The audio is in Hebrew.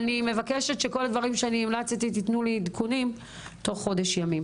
אני מבקשת שכול הדברים שביקשתי תתנו לי עדכונים תוך חודש ימים.